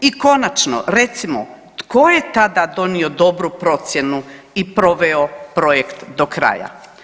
I konačno recimo tko je tada donio dobru procjenu i proveo projekt do kraja.